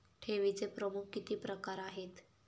ठेवीचे प्रमुख किती प्रकार आहेत?